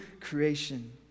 creation